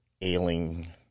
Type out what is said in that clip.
ailing